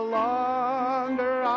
longer